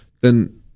then-